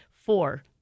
four